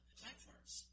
platforms